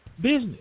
business